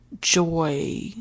joy